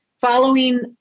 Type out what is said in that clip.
following